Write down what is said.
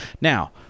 Now